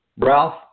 Ralph